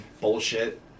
bullshit